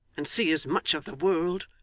and see as much of the world